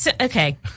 Okay